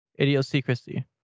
Idiosyncrasy